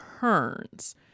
turns